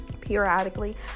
periodically